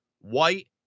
white